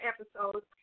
episodes